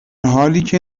حالیکه